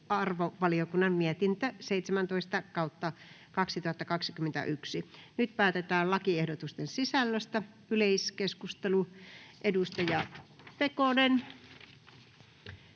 tasa-arvovaliokunnan mietintö TyVM 17/2021 vp. Nyt päätetään lakiehdotusten sisällöstä. — Yleiskeskustelu, edustaja Pekonen.